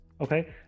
Okay